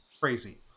crazy